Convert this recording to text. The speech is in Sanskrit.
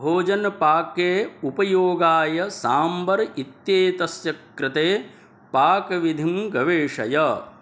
भोजनपाके उपयोगाय साम्बर् इत्येतस्य कृते पाकविधिं गवेषय